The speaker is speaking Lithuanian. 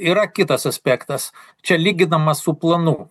yra kitas aspektas čia lyginama su planu